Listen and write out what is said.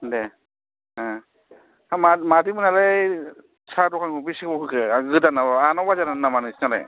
दे ओ हा मादैमोनालाय साहा दखानखौ बेसे गोबाव होखो गोदान नामा आनन्द बाजारावनो नामा नोंसोरनालाय